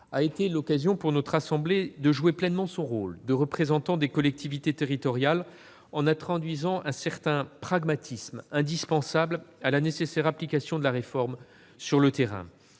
a été l'occasion pour notre assemblée de jouer pleinement son rôle de représentant des collectivités territoriales, en introduisant un certain pragmatisme, indispensable à la nécessaire application de la réforme sur le terrain.